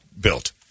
built